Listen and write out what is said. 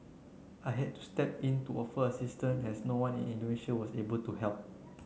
I had to step in to offer assistance as no one in Indonesia was able to help